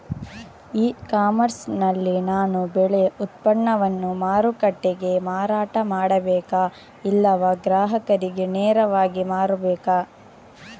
E commerce ನಲ್ಲಿ ನಾನು ಬೆಳೆ ಉತ್ಪನ್ನವನ್ನು ಮಾರುಕಟ್ಟೆಗೆ ಮಾರಾಟ ಮಾಡಬೇಕಾ ಇಲ್ಲವಾ ಗ್ರಾಹಕರಿಗೆ ನೇರವಾಗಿ ಮಾರಬೇಕಾ?